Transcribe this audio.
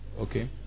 Okay